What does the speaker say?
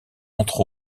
entre